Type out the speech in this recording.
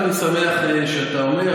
אני שמח שאתה עונה.